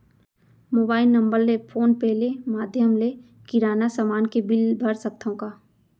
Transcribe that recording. Mobile number ले PhonePe ले माधयम ले किराना समान के बिल भर सकथव का?